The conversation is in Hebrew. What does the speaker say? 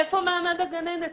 איפה מעמד הגננת?